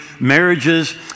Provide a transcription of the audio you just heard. Marriages